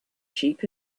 sheep